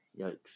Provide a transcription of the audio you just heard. Yikes